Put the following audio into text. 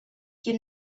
you